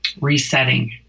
resetting